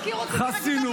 חסינות,